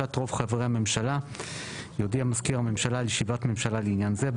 לבקשת רוב חברי הממשלה יודיע מזכיר הממשלה על ישיבת ממשלה לעניין זה.